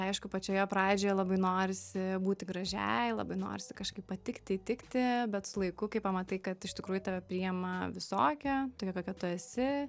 aišku pačioje pradžioje labai norisi būti gražiai labai norisi kažkaip patikti įtikti bet su laiku kai pamatai kad iš tikrųjų tave priima visokią tokia kokia tu esi